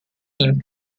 lymph